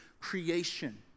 creation